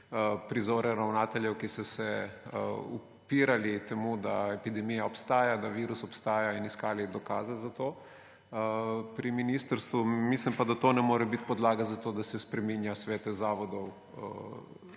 prizore ravnateljev, ki so se upirali temu, da epidemija obstaja, da virus obstaja in iskali dokaze za to pri ministrstvu. Mislim pa, da to ne more biti podlaga za to, da se spreminja svete zavodov